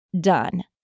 done